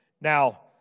Now